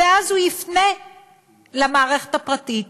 הוא יפנה למערכת הפרטית.